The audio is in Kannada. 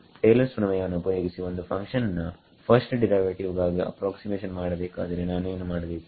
ಟೇಲರ್ಸ್ ಪ್ರಮೇಯವನ್ನು ಉಪಯೋಗಿಸಿ ಒಂದು ಫಂಕ್ಷನ್ ನ ಫರ್ಸ್ಟ್ ಡಿರೈವೇಟಿವ್ ಗಾಗಿ ಅಪ್ರಾಕ್ಸಿಮೇಶನ್ ಮಾಡಬೇಕಾದರೆ ನಾನು ಏನು ಮಾಡಬೇಕು